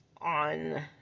on